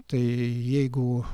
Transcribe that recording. tai jeigu